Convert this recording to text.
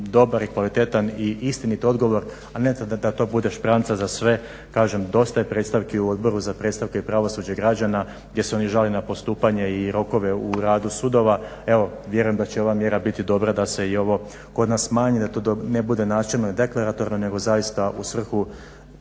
dobar i kvalitetan i istinit odgovor a ne da to bude špranca za sve. Kažem, dosta je predstavki u Odboru za predstavke i pravosuđe građana gdje se oni žale na postupanje i rokove u radu sudova. Evo vjerujem da će ova mjera biti dobra da se i ovo kod nas smanji da to ne bude načelno i deklaratorno nego zaista u svrhu